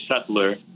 settler